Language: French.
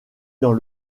dans